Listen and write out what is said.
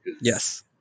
Yes